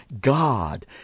God